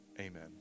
Amen